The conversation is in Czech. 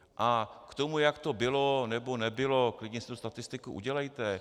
A k tomu, jak to bylo nebo nebylo, klidně si tu statistiku udělejte.